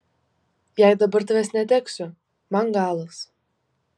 jei dabar tavęs neteksiu man galas